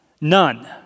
none